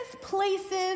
places